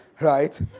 Right